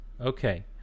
Okay